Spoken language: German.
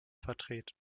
vertreten